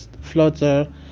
flutter